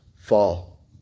fall